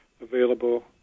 available